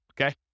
okay